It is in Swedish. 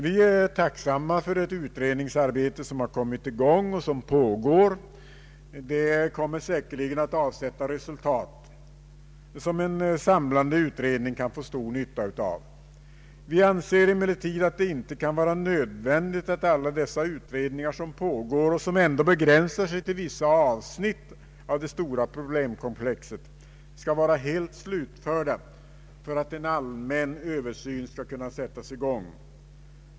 Vi är tacksamma för det utredningsarbete som kommit i gång och pågår, det kommer säkerligen att avsätta resultat som en samlande utredning kan få stor nytta av. Vi anser emellertid att det inte kan vara nödvändigt att alla dessa utredningar som pågår och som ändå begränsar sig till vissa avsnitt av det stora problemkomplexet skall vara helt slutförda för att en allmän översyn skall sättas i gång.